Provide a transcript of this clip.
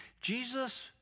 Jesus